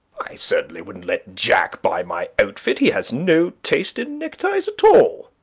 i certainly wouldn't let jack buy my outfit. he has no taste in neckties at all.